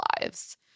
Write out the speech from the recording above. lives